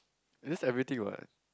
is just everything what